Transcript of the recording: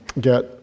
get